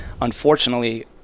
unfortunately